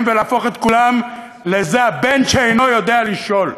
ולהפוך את כולם לזה הבן שאינו יודע לשאול.